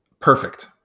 perfect